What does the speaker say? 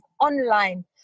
online